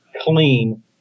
clean